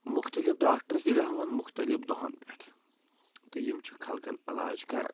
مُختلِف ڈاکٹر چھِ بیٚہوان مُختلِف دۄہَن پٮ۪ٹھ تہٕ یِم چھِ خلقَن علاج کَران